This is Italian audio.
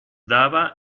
dava